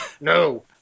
No